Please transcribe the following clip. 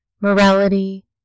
Morality